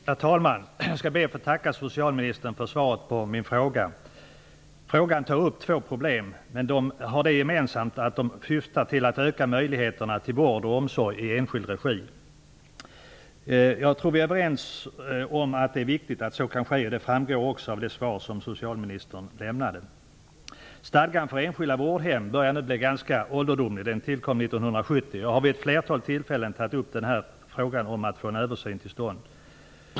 Herr talman! Jag skall be att få tacka socialministern för svaret på min fråga. Frågan tar upp två gemensamma problem när det gäller att öka möjligheterna till vård och omsorg i enskild regi. Jag tror att vi är överens om att det är viktigt att så kan ske, vilket också framgår av det svar som socialministern lämnade. Stadgan för enskilda vårdhem börjar nu att bli ganska ålderdomlig. Den tillkom 1970. Jag har vid ett flertal tillfällen tagit upp frågan om att få en översyn till stånd.